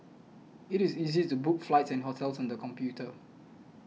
it is easy to book flights and hotels on the computer